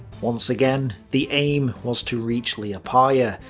once again, the aim was to reach liepaja,